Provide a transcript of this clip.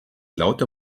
lauter